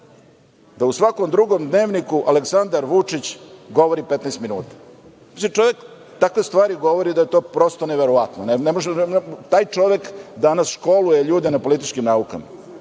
da u svakom drugom dnevniku Aleksandar Vučić govori 15 minuta. Čovek takve stvari govori da je to prosto neverovatno. Taj čovek danas školuje ljude na političkim naukama.